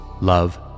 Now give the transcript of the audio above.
love